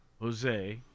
Jose